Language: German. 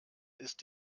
ist